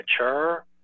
mature